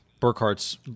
Burkhart's